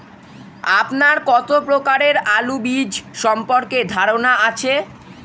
আপনার কত প্রকারের আলু বীজ সম্পর্কে ধারনা আছে?